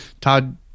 Todd